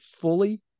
fully